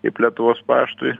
kaip lietuvos paštui